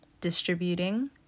Distributing